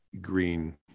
green